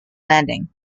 landing